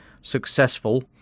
successful